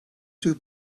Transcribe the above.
two